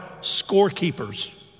scorekeepers